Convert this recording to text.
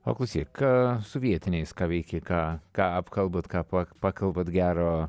o klausyk ką su vietiniais ką veiki ką ką apkalbat ką pakalbat gero